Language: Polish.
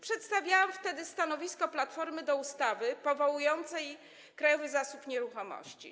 Przedstawiałam wtedy stanowisko Platformy wobec ustawy powołującej Krajowy Zasób Nieruchomości.